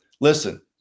Listen